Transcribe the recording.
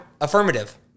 affirmative